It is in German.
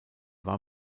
war